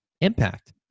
impact